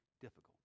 difficult